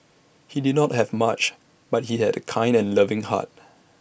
he did not have much but he had A kind and loving heart